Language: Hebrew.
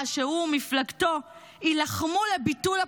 שהוא ומפלגתו יילחמו לביטול הפגרה.